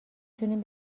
تونیم